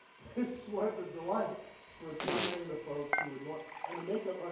this was a delight for so many of the folks who would nor and the makeup, ah